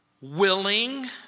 willing